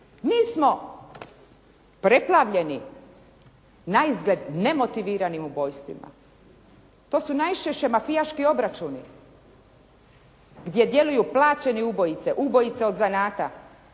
mi smo preplavljeni naizgled nemotiviranim ubojstvima. To su najčešće mafijaški obračuni gdje djeluju plaćeni ubojice, ubojice od zanata